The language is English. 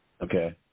Okay